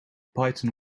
python